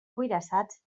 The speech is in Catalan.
cuirassats